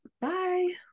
bye